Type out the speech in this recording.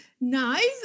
nice